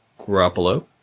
Garoppolo